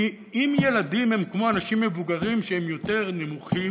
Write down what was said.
כי אם ילדים הם כמו אנשים מבוגרים שהם יותר נמוכים,